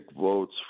votes